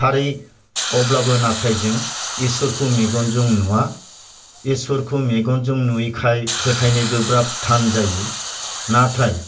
थारै अब्लाबो नाथाय जों इसोरखौ मेगनजों नुवा इसोरखौ मेगनजों नुयैखाय फोथायनो गोब्राब थान जायो नाथाय